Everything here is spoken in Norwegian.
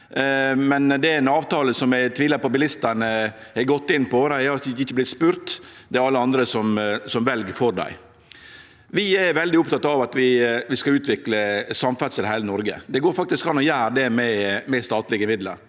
men det er ein avtale som eg tvilar på at bilistane har gått inn for. Dei har ikkje vorte spurde, det er alle andre som vel for dei. Vi er veldig opptekne av at vi skal utvikle samferdsel i heile Noreg. Det går faktisk an å gjere det med statlege midlar.